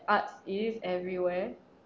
arts is everywhere